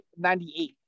98